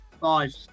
Five